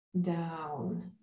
down